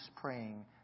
praying